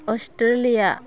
Australia